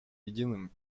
единым